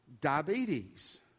diabetes